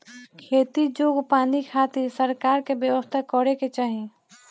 खेती जोग पानी खातिर सरकार के व्यवस्था करे के चाही